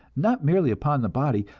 not merely upon the body,